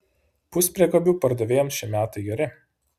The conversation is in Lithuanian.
puspriekabių pardavėjams šie metai geri